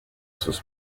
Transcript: sus